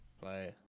play